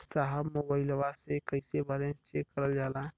साहब मोबइलवा से कईसे बैलेंस चेक करल जाला?